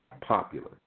popular